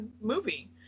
movie